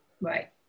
Right